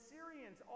Syrians